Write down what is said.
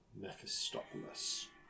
Mephistopheles